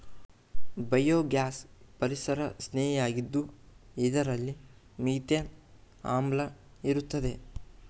biogas ಪರಿಸರಸ್ನೇಹಿಯಾಗಿದ್ದು ಇದರಲ್ಲಿ methane ಆಮ್ಲ ಇರುತ್ತದೆ